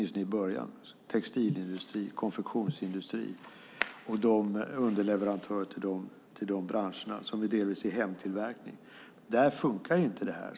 Jag tänker på skoindustri, textilindustri, konfektionsindustri och underleverantörerna i de branscherna, där det delvis handlar om hemtillverkning. Där funkar inte det här.